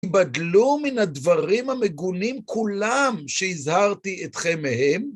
בדלו מן הדברים המגונים כולם שהזהרתי אתכם מהם,